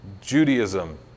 judaism